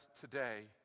today